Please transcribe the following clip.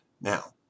Now